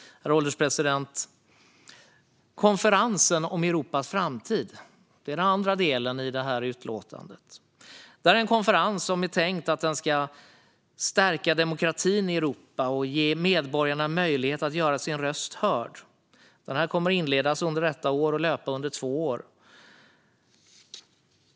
Herr ålderspresident! Konferensen om Europas framtid är den andra delen i utlåtandet. Detta är en konferens som är tänkt att stärka demokratin i Europa och ge medborgarna möjlighet att göra sina röster hörda. Den kommer att inledas under detta år och löpa under två år.